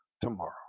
tomorrow